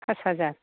pass हाजार